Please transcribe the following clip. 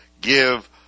give